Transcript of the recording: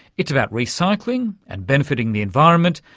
it's about recycling and benefiting the environment,